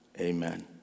Amen